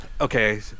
okay